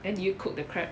then did you cook the crab